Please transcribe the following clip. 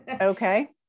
Okay